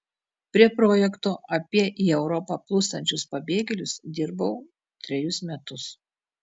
prie projekto apie į europą plūstančius pabėgėlius dirbau trejus metus